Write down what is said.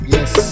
Yes